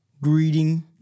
greeting